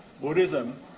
Buddhism